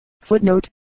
Footnote